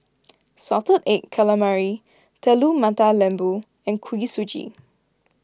Salted Egg Calamari Telur Mata Lembu and Kuih Suji